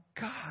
God